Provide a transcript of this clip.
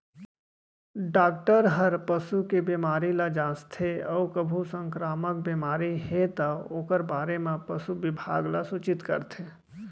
doctor हर पसू के बेमारी ल जांचथे अउ कभू संकरामक बेमारी हे तौ ओकर बारे म पसु बिभाग ल सूचित करथे